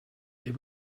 they